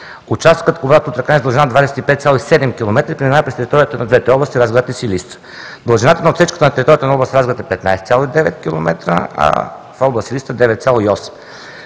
Участъкът Кубрат – Тутракан е с дължина 25,7 км и преминава през територията на двете области – Разград и Силистра. Дължината на отсечката на територията на област Разград е 15,9 км, а в област Силистра – 9,8 км.